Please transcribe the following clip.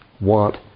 want